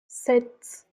sept